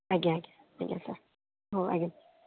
ଆଜ୍ଞା ଆଜ୍ଞା ଆଜ୍ଞା ସାର୍ ହଉ ଆଜ୍ଞା